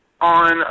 on